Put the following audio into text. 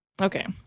Okay